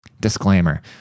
Disclaimer